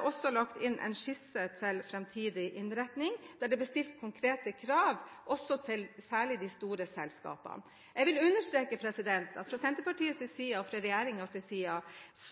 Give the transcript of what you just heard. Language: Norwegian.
også lagt inn en skisse til framtidig innretning, der det blir stilt konkrete krav særlig til de store selskapene. Jeg vil understreke at fra Senterpartiets side og fra regjeringens side